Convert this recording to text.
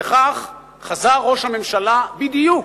וכך חזר ראש הממשלה בדיוק,